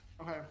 Okay